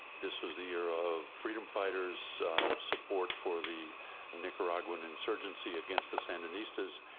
this was the era of freedom fighters ah support for the nicaraguan insurgency against the sandanistas,